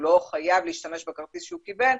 הוא לא חייב להשתמש בכרטיס שהוא קיבל.